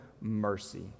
mercy